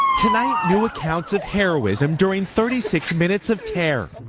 tonight new accounts of heroism during thirty six minutes of terror.